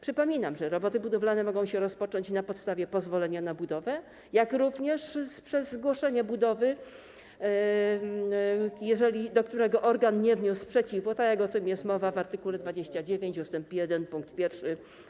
Przypominam, że roboty budowlane mogą się rozpocząć na podstawie pozwolenia na budowę, jak również przez zgłoszenie budowy, wobec którego organ nie wniósł sprzeciwu, o czym jest mowa w art. 29 ust. 1 pkt 1